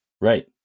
right